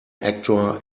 actor